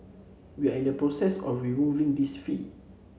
we are in the process of removing this fee